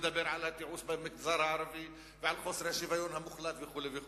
לדבר על התיעוש במגזר הערבי ועל חוסר השוויון המוחלט וכו' וכו'.